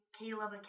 Caleb